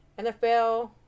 nfl